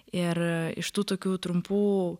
ir iš tų tokių trumpų